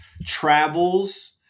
travels